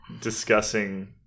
discussing